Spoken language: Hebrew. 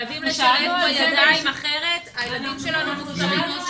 חייבים לשלב כאן ידיים כי אחרת הילדים שלנו מופקרים.